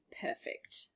perfect